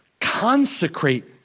Consecrate